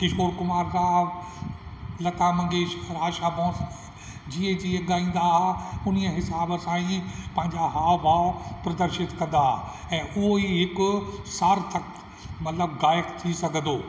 किशोर कुमार साहब लता मंगेशकर आशा भोंसले जीअं जीअं ॻाईंदा हुआ उन्हीअ हिसाब सां ई पंहिंजा हाव भाव प्रदशित कंदा हुआ ऐं उहो ई हिकु सार्थक मतिलबु गायकु थी सघंदो